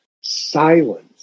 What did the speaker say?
silence